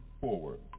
forward